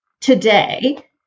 today